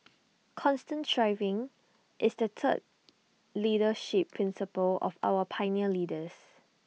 constant striving is the third leadership principle of our pioneer leaders